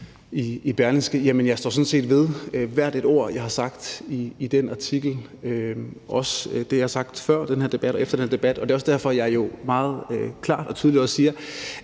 set ved hvert et ord, jeg har sagt i den artikel, og også det, jeg har